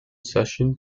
session